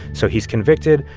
so he's convicted,